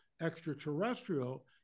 extraterrestrial